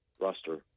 roster